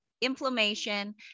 inflammation